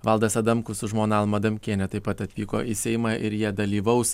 valdas adamkus su žmona alma adamkiene taip pat atvyko į seimą ir jie dalyvaus